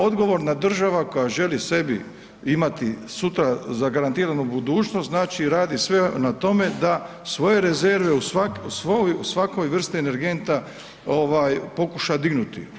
Odgovorna država koja želi sebi imati sutra zagarantiranu budućnost, znači radi sve na tome da svoje rezerve u svoj svakoj vrsti energenta pokuša dignuti.